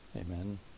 Amen